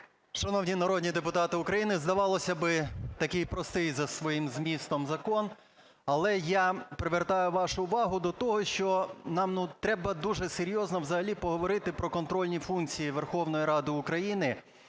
Шановні народні депутати України, здавалося б, такий простий, за своїм змістом закон, але я привертаю вашу увагу до того, що нам треба дуже серйозно взагалі поговорити про контрольні функції Верховної Ради України,